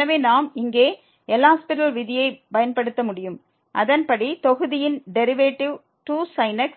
எனவே நாம் இங்கே எல் ஹாஸ்பிடல் விதியை பயன்படுத்த முடியும் அதன்படி தொகுதியின் டெரிவேட்டிவ் 2sin x